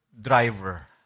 driver